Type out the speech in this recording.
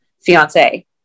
fiance